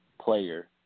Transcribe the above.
player